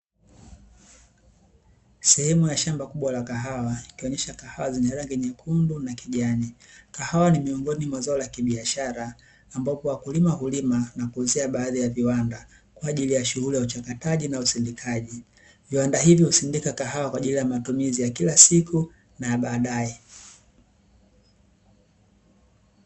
Sehemu ya shamba kubwa la kahawa, ikionyesha kahawa zenye rangi nyekundu na kijani. Kahawa ni miongoni mwa zao la kibiashara ambapo wakulima hulima na kuuzia baadhi ya viwanda kwa ajili ya shuguli ya uchakataji na usindikaji. Viwanda hivi husindika kahawa kwa ajili ya matumizi ya kila siku na ya baadaye.